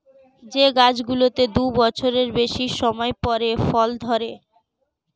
যে গাছগুলোতে দু বছরের বেশি সময় পরে ফল ধরে